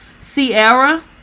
Sierra